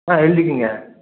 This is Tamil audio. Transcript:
ஆ எழுதிக்கோங்க